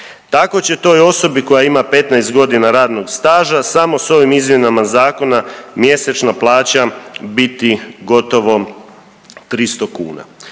Tako će toj osobi koja ima 15 godina radnog staža samo s ovim izmjenama zakona mjesečna plaća biti gotovo 300 kuna.